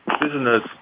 business